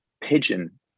pigeon